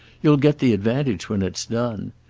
you'll get the advantage when it's done.